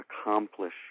accomplish